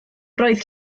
roedd